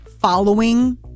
following